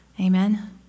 Amen